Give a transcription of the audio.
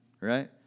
right